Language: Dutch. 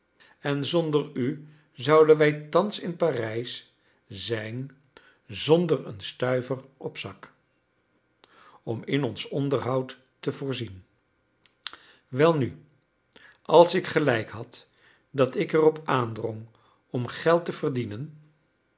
en zonder u zouden wij thans in parijs zijn zonder een stuiver op zak om in ons onderhoud te voorzien welnu als ik gelijk had dat ik er op aandrong om geld te verdienen